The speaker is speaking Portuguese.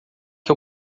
que